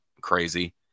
crazy